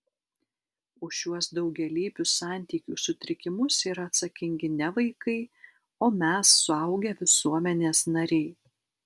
už šiuos daugialypius santykių sutrikimus yra atsakingi ne vaikai o mes suaugę visuomenės nariai